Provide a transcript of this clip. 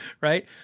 right